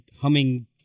humming